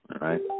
right